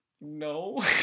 no